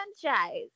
franchise